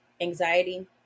anxiety